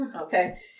okay